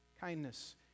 kindness